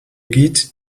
geht